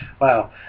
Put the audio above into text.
Wow